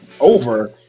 over